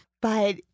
But-